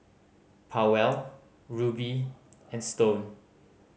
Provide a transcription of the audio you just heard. Powell Ruby and Stone